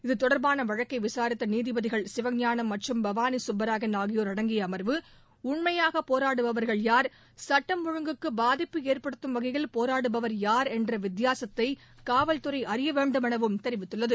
இதுதொடர்பான வழக்கை விசாரித்த நீதிபதிகள் சிவஞானம் மற்றும் பவானி சுப்பராயன் ஆகியோர் அடங்கிய அமர்வு உண்மையாகப் போராடுபவர்கள் யார் சுட்டம் ஒழுங்குக்கு பாதிப்பு ஏற்படுத்தும் வகையில் போராடுபவர் யார் என்ற வித்தியாசத்தை காவல்துறை அறிய வேண்டுமெனவும் தெரிவித்துள்ளது